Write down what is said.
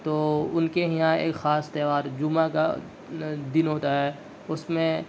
تو ان کے یہاں ایک خاص تیوہار جمعہ کا دن ہوتا ہے اس میں